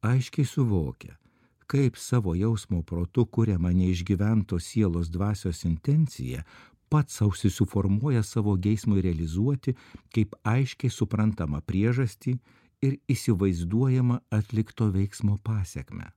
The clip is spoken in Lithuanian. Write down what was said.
aiškiai suvokia kaip savo jausmo protu kuriamą neišgyventos sielos dvasios intenciją pats sau susiformuoja savo geismui realizuoti kaip aiškiai suprantamą priežastį ir įsivaizduojamą atlikto veiksmo pasekmę